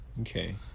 Okay